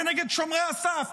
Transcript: כנגד שומרי הסף,